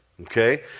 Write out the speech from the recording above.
Okay